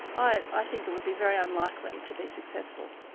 i i think it would be very unlikely to be successful.